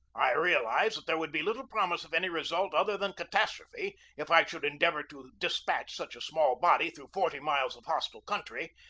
i real ized that there would be little promise of any re sult other than catastrophe if i should endeavor to despatch such a small body through forty miles of hostile country,